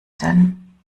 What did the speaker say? denn